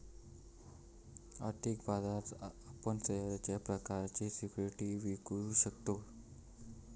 आर्थिक बाजारात आपण खयच्या प्रकारचे सिक्युरिटीज विकु शकतव?